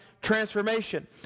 transformation